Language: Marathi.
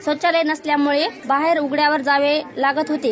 शौचालय नसल्यामुळं बाहेर उघड्यावर जावं लागत होतं